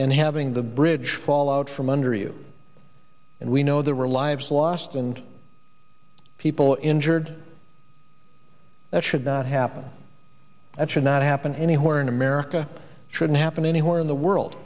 and having the bridge fall out from under you and we know there were lives lost and people injured that should not happen that should not happen anywhere in america shouldn't happen anywhere in the world